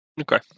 Okay